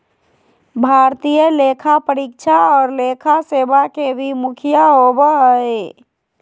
भारतीय लेखा परीक्षा और लेखा सेवा के भी मुखिया होबो हइ